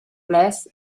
less